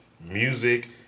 music